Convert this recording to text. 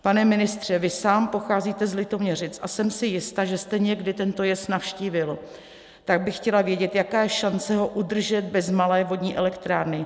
Pane ministře, vy sám pocházíte z Litoměřic a jsem si jista, že jste někdy tento jez navštívil, tak bych chtěla vědět, jaká je šance ho udržet bez malé vodní elektrárny.